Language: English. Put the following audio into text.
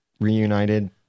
reunited